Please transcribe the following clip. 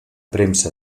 premsa